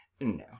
No